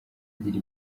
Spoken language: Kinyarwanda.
agira